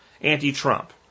anti-Trump